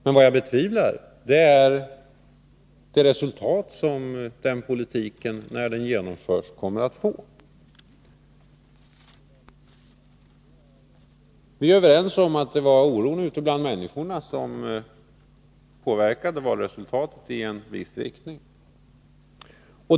Men vad jag betvivlar är det resultat som den politiken kommer att få när den genomförs. Vi är överens om att det var oron ute bland människorna som påverkade valresultatet i en viss riktning.